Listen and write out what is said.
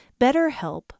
BetterHelp